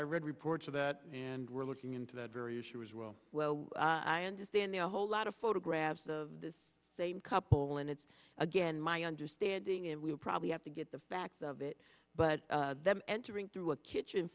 our read reports of that and we're looking into that very issue as well i understand there are a whole lot of photographs of the same couple and it's again my understanding and we'll probably have to get the facts of it but them entering through a kitchen